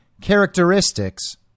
characteristics